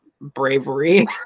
bravery